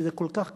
ושזה כל כך קשה,